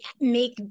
make